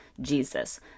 Jesus